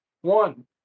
one